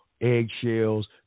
eggshells